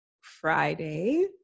Friday